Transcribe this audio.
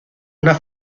una